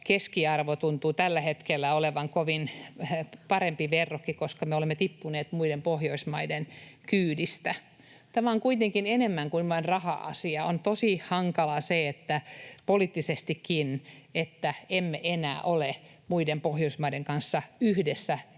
keskiarvo tuntuu tällä hetkellä olevan parempi verrokki, koska me olemme tippuneet muiden Pohjoismaiden kyydistä. Tämä on kuitenkin enemmän kuin vain raha-asia. On tosi hankalaa poliittisestikin, että emme enää ole muiden Pohjoismaiden kanssa yhdessä